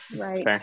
Right